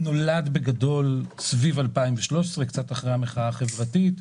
הוא נולד סביב 2013, קצת אחרי המחאה החברתית.